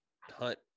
Hunt